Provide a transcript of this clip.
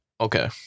Okay